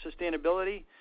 sustainability